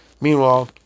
Meanwhile